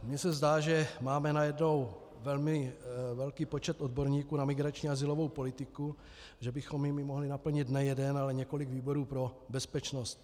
Mně se zdá, že máme najednou velmi velký počet odborníků na migrační azylovou politiku, že bychom jimi mohli naplnit ne jeden, ale několik výborů pro bezpečnost.